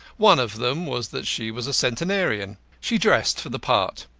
one of them was that she was a centenarian. she dressed for the part.